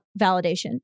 validation